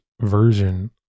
version